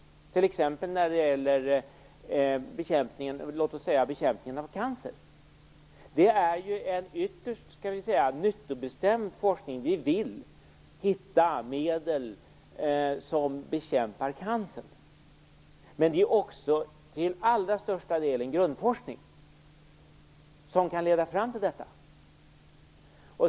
Låt oss t.ex. ta bekämpningen av cancer. Det är ytterst en nyttobestämd forskning. Vi vill hitta medel som bekämpar cancer. Men det är också till allra största delen en grundforskning som kan leda fram till det.